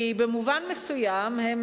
כי במובן מסוים הם,